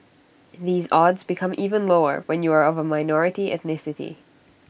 these odds become even lower when you are of minority ethnicity